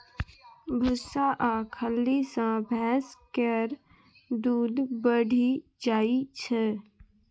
भुस्सा आ खल्ली सँ भैंस केर दूध बढ़ि जाइ छै